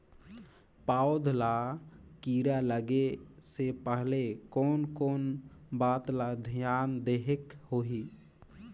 पौध ला कीरा लगे से पहले कोन कोन बात ला धियान देहेक होही?